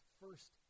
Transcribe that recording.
first